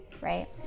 right